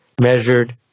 measured